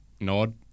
nod